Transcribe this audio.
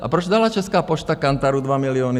A proč dala Česká pošta Kantaru 2 miliony?